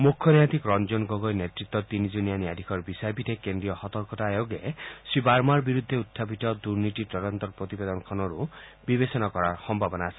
মুখ্য ন্যায়াধীশ ৰঞ্জন গগৈৰ নেতত্বৰ তিনিজনীয়া ন্যায়াধীশৰ বিচাৰপীঠে কেন্দ্ৰীয় সতৰ্কতা আয়োগে শ্ৰীবাৰ্মাৰ বিৰুদ্ধে উখাপিত দুৰ্নীতিৰ তদন্তৰ প্ৰতিবেদনখনৰো বিবেচনা কৰাৰ সম্ভাৱনা আছে